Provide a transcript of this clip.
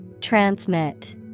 Transmit